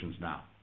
now